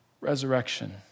Resurrection